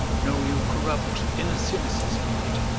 no real corrupt inner cynicism in it,